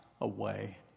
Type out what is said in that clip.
away